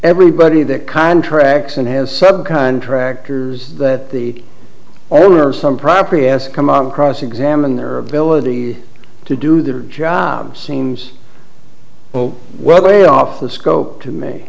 everybody that contracts and has subcontractors that the owner some property has come on cross examine their ability to do their jobs seems well whether a off the scope to me